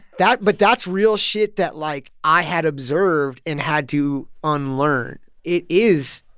that but that's real shit that, like, i had observed and had to unlearn. it is,